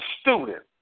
student